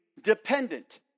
dependent